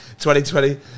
2020